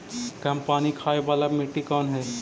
कम पानी खाय वाला मिट्टी कौन हइ?